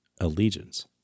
allegiance